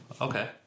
okay